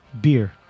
beer